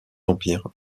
empire